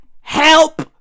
Help